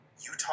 Utah